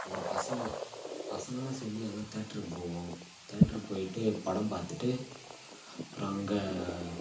அப்புறம் பசங்க பசங்கெல்லாம் சேர்ந்து எல்லாம் தேட்ருக்கு போவோம் தேட்ரு போய்ட்டு படம் பார்த்துட்டு அப்புறம் அங்கே